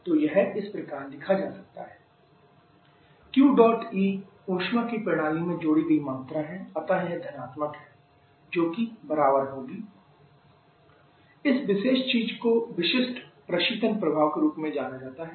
तो यह इस प्रकार लिखा जा सकता है QE mh1 h4 Q dot E ऊष्मा की प्रणाली में जोड़ी गई मात्रा है अतः यह धनात्मक है जोकि बराबर होगी h1 h4QEm इस विशेष चीज को विशिष्ट प्रशीतन प्रभाव के रूप में जाना जाता है